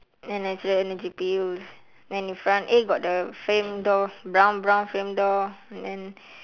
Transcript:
then natural energy pills then in front eh got the frame door brown brown frame door and then